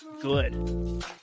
good